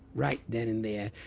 right then and there,